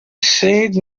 said